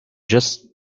just